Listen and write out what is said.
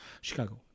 Chicago